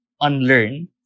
unlearn